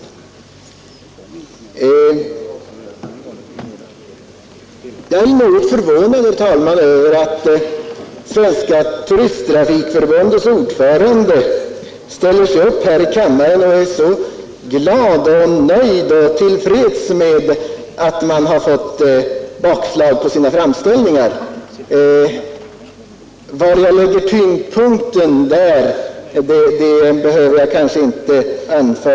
Jag är något förvånad, herr talman, över att Svenska turisttrafikförbundets ordförande ställer sig upp här i kammaren och är glad och nöjd och till freds med att man har fått bakslag när det gäller de framställningar man gjort. Var jag lägger tyngdpunkten därvidlag behöver jag kanske inte ange.